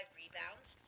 rebounds